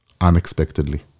unexpectedly